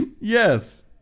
yes